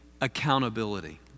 accountability